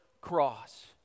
cross